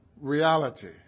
reality